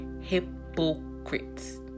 hypocrites